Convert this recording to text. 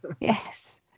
Yes